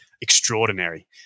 extraordinary